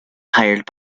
hired